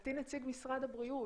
מבחינתי נציג משרד הבריאות,